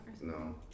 No